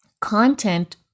content